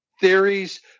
theories